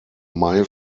may